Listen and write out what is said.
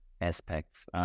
aspects